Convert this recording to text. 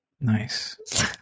Nice